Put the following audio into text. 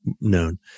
known